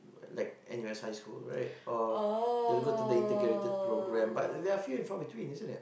like N_U_S-high-school right or they will go to the integrated program but there are a few from in between isn't it